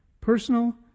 personal